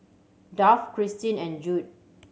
Duff Kristyn and Jude